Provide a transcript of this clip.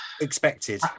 expected